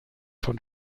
von